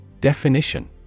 Definition